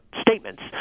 statements